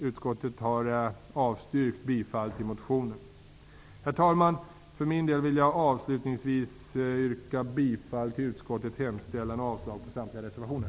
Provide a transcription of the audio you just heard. Utskottet har avstyrkt bifall till motionen. Herr talman! För min del vill jag avslutningsvis yrka bifall till utskottets hemställan och avslag på samtliga reservationer.